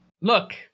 Look